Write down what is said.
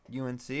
UNC